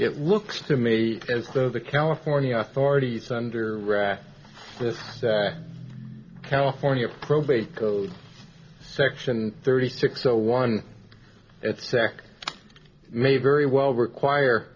it looks to me as though the california authorities under rather this california probate code section thirty six zero one it's sec may very well require